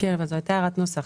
זאת הייתה הערת נוסח.